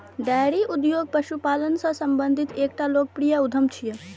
dairy उद्योग पशुपालन सं संबंधित एकटा लोकप्रिय उद्यम छियै